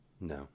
No